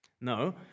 No